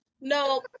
no